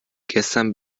gestern